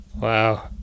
Wow